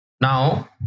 now